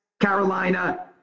Carolina